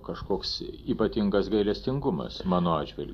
kažkoks ypatingas gailestingumas mano atžvilgiu